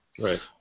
Right